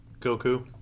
Goku